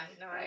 no